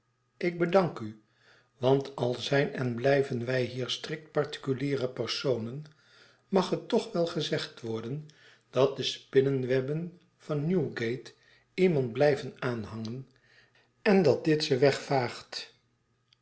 ik bedank u want al zijn en blijven wy hier strikt particuliere personen mag het toch wel gezegd worden dat de spinnewebben van newgate iemand blijven aanhangen en dat dit ze